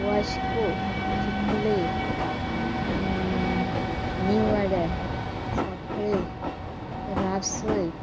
वास्को चिकले नीव वाड्यार सांखळे रासय